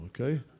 okay